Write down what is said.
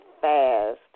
fast